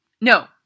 No